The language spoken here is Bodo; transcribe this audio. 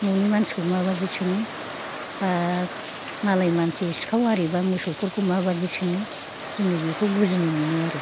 ननि मानसिफोरखौ माबादि सोङो बा मालाय मानसि सिखाव आरि मोसौफोरखौ माबादि सोङो जोङो बेखौ बुजिनो मोनो आरो